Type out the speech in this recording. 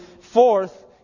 fourth